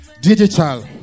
digital